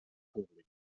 públic